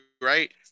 right